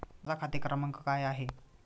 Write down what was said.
माझा खाते क्रमांक काय आहे?